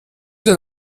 dein